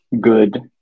good